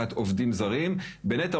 תופעה שמוכרת בעולם בהגירת